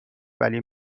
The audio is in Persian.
ولی